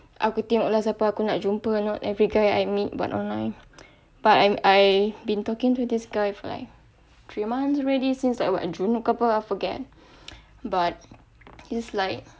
aku tengok lah siapa aku nak jumpa not every guy I meet but online but I'm I been talking to this guy for like three months already since like what june ke apa I forget but he's like